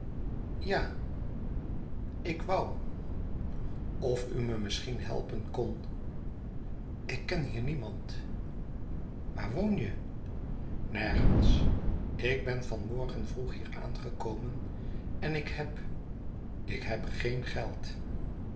ja ik wou of u me misschien helpen kon ik ken hier niemand waar woon je nergens ik ben van morgen vroeg hier aangekomen en ik heb ik heb geen geld